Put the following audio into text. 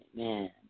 Amen